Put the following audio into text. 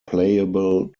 playable